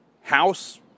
House